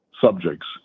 subjects